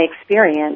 experience